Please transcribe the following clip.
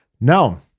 Now